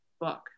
book